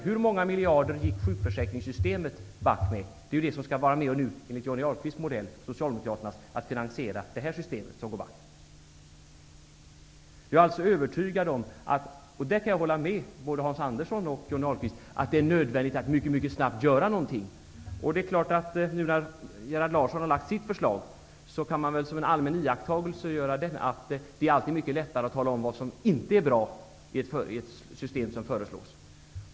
Hur många miljarder gick alltså sjukförsäkringssystemet back med? Det är ju detta som enligt Johnny Ahlqvists och Socialdemokraternas modell skall finansiera det här aktuella systemet som går back. Jag är alltså övertygad -- på den punkten håller jag med både Hans Andersson och Johnny Ahlqvist -- om att det är nödvändigt att mycket snabbt göra någonting. Nu när Gerhard Larsson har lagt fram sitt förslag kan man som en allmän iakttagelse säga att det alltid är mycket lättare att tala om vad som inte är bra i ett system som föreslås.